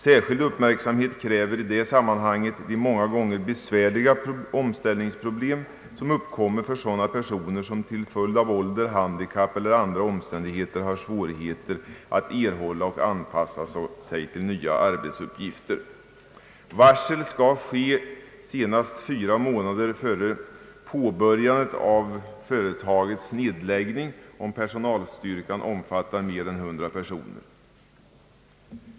Särskild uppmärksamhet kräver i detta sammanhang de många gånger besvärliga omställningsproblem som uppkommer för sådana personer som till följd av ålder, handikapp eller andra omständigheter har svårigheter att erhålla och anpassa sig till nya arbetsuppgifter. Varsel skall utfärdas senast fyra månader före påbörjandet av företagsnedläggning om personalstyrkan omfattar mer än 100 personer.